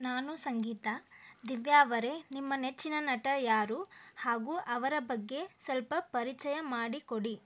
ನಾನು ಸಂಗೀತಾ ದಿವ್ಯಾ ಅವರೆ ನಿಮ್ಮ ನೆಚ್ಚಿನ ನಟ ಯಾರು ಹಾಗು ಅವರ ಬಗ್ಗೆ ಸಲ್ಪ ಪರಿಚಯ ಮಾಡಿಕೊಡಿ